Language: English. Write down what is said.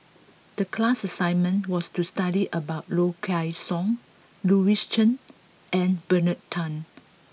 the class assignment was to study about Low Kway Song Louis Chen and Bernard Tan